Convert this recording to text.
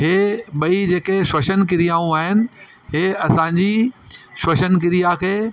हे ॿई जेके श्वसन क्रियाऊं आहिनि हे असांजी श्वसन क्रिया खे